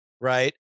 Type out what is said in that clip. right